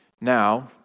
Now